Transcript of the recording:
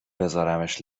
بذارمش